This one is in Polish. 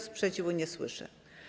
Sprzeciwu nie słyszę.